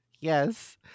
Yes